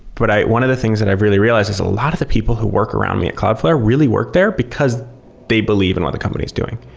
but one of the things that i've really realized is a lot of the people who work around me at cloudflare really work there because they believe in what the company is doing.